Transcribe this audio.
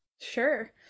Sure